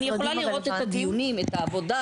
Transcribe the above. אני יכולה לראות את הדיונים, את העבודה?